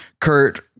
Kurt